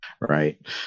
right